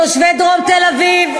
תושבי דרום תל-אביב,